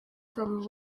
from